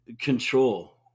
control